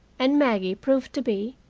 and maggie proved to be,